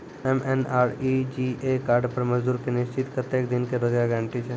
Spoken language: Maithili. एम.एन.आर.ई.जी.ए कार्ड पर मजदुर के निश्चित कत्तेक दिन के रोजगार गारंटी छै?